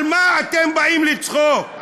על מה אתם באים לצחוק?